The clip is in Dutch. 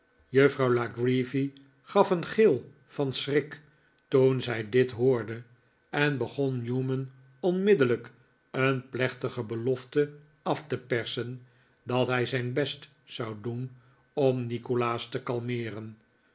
juffrouw la creevy gaf een gil van schrik toen zij dit hoorde en begon newman onmiddellijk een plechtige belofte af te persen dat hij zijn best zou doen om nikolaas te kalmeeren